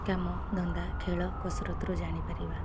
କାମଧନ୍ଦା ଖେଳ କସରତରୁ ଜାଣିପାରିବା